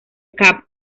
cap